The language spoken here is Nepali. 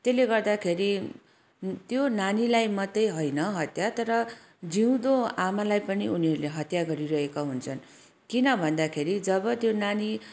त्यसले गर्दाखेरि त्यो नानीलाई मात्रै होइन हत्या तर जिउँदो आमालाई पनि उनीहरूले हत्या गरिरहेका हुन्छन् किन भन्दाखेरि जब त्यो नानी